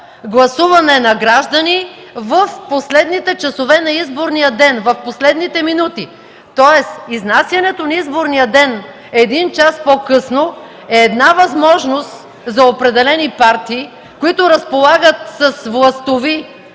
гласуване на граждани в последните часове на изборния ден, в последните минути. Тоест изнасянето на изборния ден един час по-късно е възможност за определени партии, които разполагат с властови